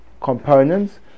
components